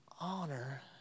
honor